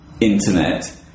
Internet